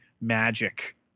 magic